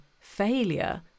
failure